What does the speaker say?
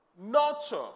nurture